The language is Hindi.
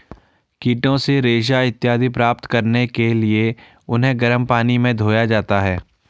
कीटों से रेशा इत्यादि प्राप्त करने के लिए उन्हें गर्म पानी में धोया जाता है